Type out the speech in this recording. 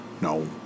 No